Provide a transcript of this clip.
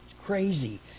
Crazy